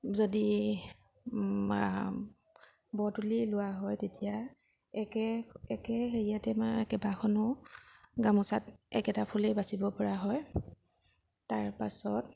যদি ব তুলি লোৱা হয় তেতিয়া একে একে হেৰিয়াতে কেইবাখনো গামোচাত একেটা ফুলেই বাচিব পৰা হয় তাৰপাছত